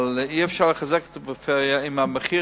אבל אי-אפשר לחזק את הפריפריה אם מחיר